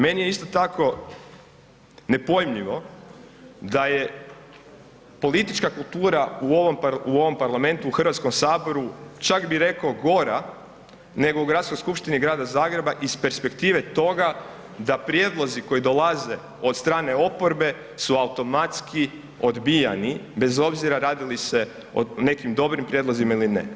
Meni je isto tako nepojmljivo da je politička kultura u ovom parlamentu u HS čak bi rekao gora nego u Gradskoj skupštini Grada Zagreba iz perspektive toga da prijedlozi koji dolaze od strane oporbe su automatski odbijani bez obzira radi li se o nekim dobrim prijedlozima ili ne.